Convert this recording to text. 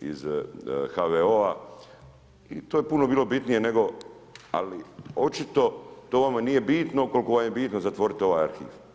iz HVO-a i to je puno bilo bitnije nego, ali očito to vama nije bitno koliko vam je bitno zatvoriti ovaj arhiv.